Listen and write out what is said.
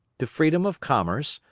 to freedom of commerce,